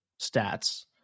stats